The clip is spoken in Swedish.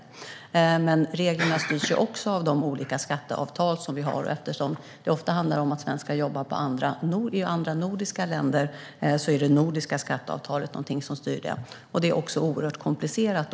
Men reglerna styrs också av de olika skatteavtal som vi har. Det handlar ofta om att svenskar jobbar i andra nordiska länder, och då styrs detta av det nordiska skatteavtalet. Dessa regler är oerhört komplicerade.